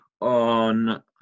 on